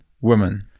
women